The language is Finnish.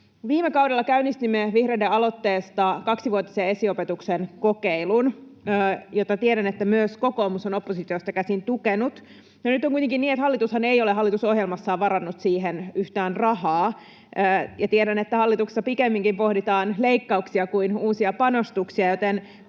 Viime kaudella käynnistimme vihreiden aloitteesta kaksivuotisen esiopetuksen kokeilun, ja tiedän, että myös kokoomus on sitä oppositiosta käsin tukenut. Nyt on kuitenkin niin, että hallitushan ei ole hallitusohjelmassaan varannut siihen yhtään rahaa. Tiedän, että hallituksessa pikemminkin pohditaan leikkauksia kuin uusia panostuksia, joten